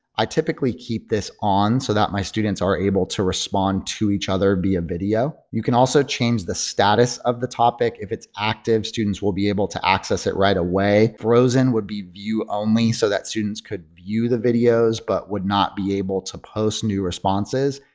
i typically keep this on so that my students are able to respond to each other via video. you can also change the status of the topic. if it's active students will be able to access it right away. frozen would be view only so that students could view the videos but would not be able to post new responses.